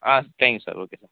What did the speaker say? ah thank you sir okay sir